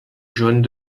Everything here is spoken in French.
jaunes